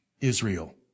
Israel